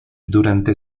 durante